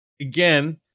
again